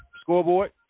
scoreboard